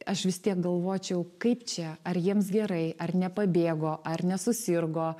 aš vis tiek galvočiau kaip čia ar jiems gerai ar nepabėgo ar nesusirgo